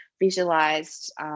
visualized